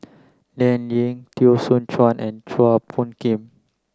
Dan Ying Teo Soon Chuan and Chua Phung Kim